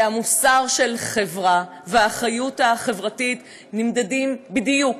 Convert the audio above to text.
המוסר של חברה והאחריות החברתית נמדדים בדיוק,